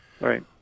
Right